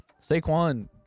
Saquon